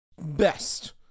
best